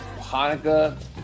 Hanukkah